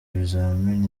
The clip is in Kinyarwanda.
ibizamini